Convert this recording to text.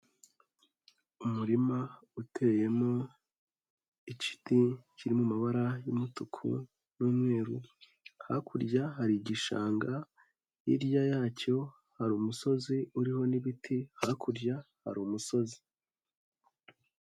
Umurima uteyemo ikiti kiri mu mabara y'umutuku n'umweru, hakurya hari igishanga, hirya yacyo hari umusozi uriho n'ibiti, hakurya hari umusozi.